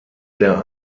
der